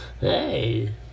hey